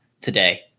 today